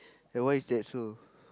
and why is that so